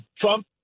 Trump